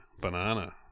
banana